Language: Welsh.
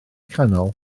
canol